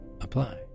apply